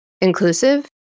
inclusive